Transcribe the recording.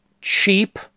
cheap